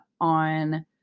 on